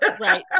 right